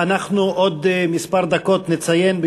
אנחנו עוד כמה דקות נציין,